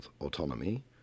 autonomy